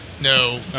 No